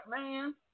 man